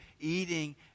eating